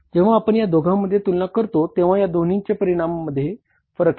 जेव्हा आपण या दोघांमध्ये तुलना करतो तेंव्हा या दोन्हींच्या परिणामामध्ये फरक येतो